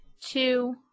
two